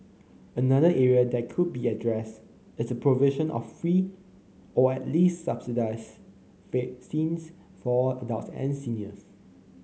another area that could be addressed is the provision of free or at least subsidized vaccines for adults and seniors